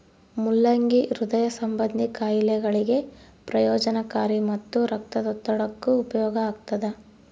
ಮುಲ್ಲಂಗಿ ಹೃದಯ ಸಂಭಂದಿ ಖಾಯಿಲೆಗಳಿಗೆ ಪ್ರಯೋಜನಕಾರಿ ಮತ್ತು ರಕ್ತದೊತ್ತಡಕ್ಕೆಯೂ ಉಪಯೋಗ ಆಗ್ತಾದ